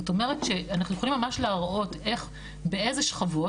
זאת אומרת שאנחנו יכולים ממש להראות באילו שכבות,